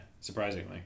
surprisingly